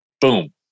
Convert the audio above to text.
Boom